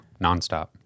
nonstop